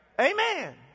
Amen